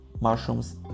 mushrooms